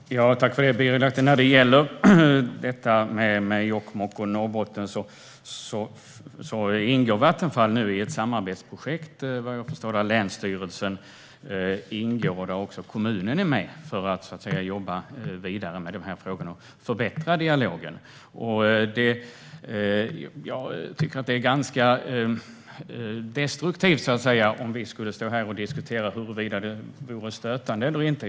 Herr talman! Tack för det, Birger Lahti! När det gäller detta med Jokkmokk och Norrbotten ingår Vattenfall nu i ett samarbetsprojekt, vad jag förstår, där också länsstyrelsen och kommunen är med för att jobba vidare med frågorna och förbättra dialogen. Jag tycker att det vore ganska destruktivt att stå här och diskutera huruvida det vore störande eller inte.